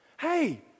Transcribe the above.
hey